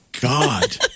God